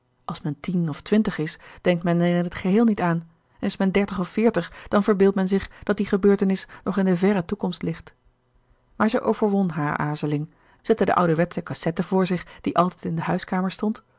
als men tien of twintig is denkt men er in het geheel niet aan en is men dertig of veertig dan verbeeldt men zich dat die gebeurtenis nog in de verre toekomst ligt maar zij overwon hare aarzeling zette de ouderwetsche kassette vor zich die altijd in de huiskamer stond